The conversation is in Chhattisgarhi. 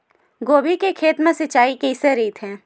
गोभी के खेत मा सिंचाई कइसे रहिथे?